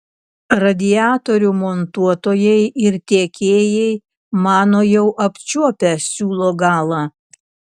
radiatorių montuotojai ir tiekėjai mano jau apčiuopę siūlo galą